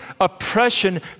oppression